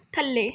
ਥੱਲੇ